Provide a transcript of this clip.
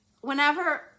whenever